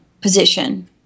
position